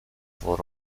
for